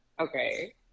okay